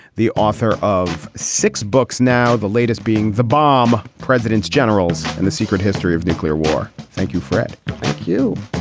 the author of six books now the latest being the bomb presidents, generals and the secret history of nuclear war thank you, fred. thank you